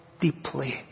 deeply